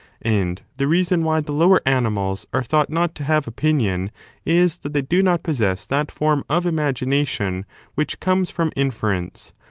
and the reason why the lower animals are thought not to have opinion is that they do not possess that form of imagination which comes from inference,